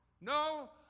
No